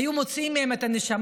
היו מוציאים להם את הנשמה.